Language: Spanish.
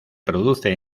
produce